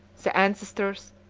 the ancestors,